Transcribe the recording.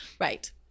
Right